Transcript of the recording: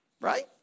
right